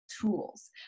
tools